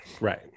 right